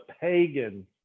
pagan